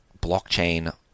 blockchain